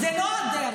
זו לא הדרך.